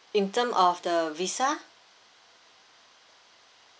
in term of the visa